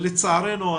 לצערנו,